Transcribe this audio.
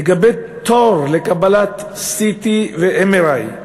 לגבי התור ל-CT ו-MRI,